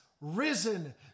risen